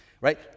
right